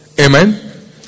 Amen